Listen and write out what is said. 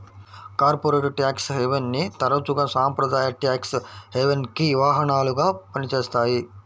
corporate tax హెవెన్ని తరచుగా సాంప్రదాయ ట్యేక్స్ హెవెన్కి వాహనాలుగా పనిచేస్తాయి